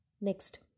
Next